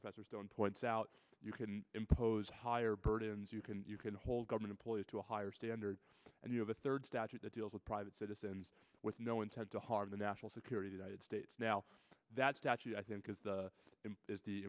professor stone points out you can impose higher burdens you can you can hold government employees to a higher standard and you have a third statute that deals with private citizens with no intent to harm the national security that it states now that statute i think is the is the